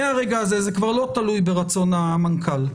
מהרגע הזה, זה כבר לא תלוי ברצון המנכ"ל.